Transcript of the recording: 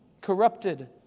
corrupted